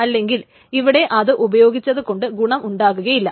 ഇല്ലെങ്കിൽ ഇവിടെ ഇത് ഉപയോഗിച്ചതുകൊണ്ട് ഗുണം ഉണ്ടാകുകയില്ല